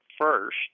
first